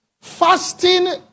Fasting